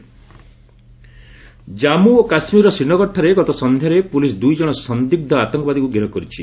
କେକେ arrest Jammu ଓ କାଶ୍ମୀରର ଶ୍ରୀନଗରଠାରେ ଗତ ସନ୍ଧ୍ୟାରେ ପୁଲିସ୍ ଦୁଇଜଣ ସନ୍ଦିଗ୍ମ ଆତଙ୍କବାଦୀଙ୍କୁ ଗିରଫ କରିଛି